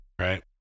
right